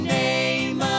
name